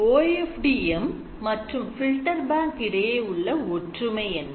OFDM மற்றும் Filter bank இடையே உள்ள ஒற்றுமை என்ன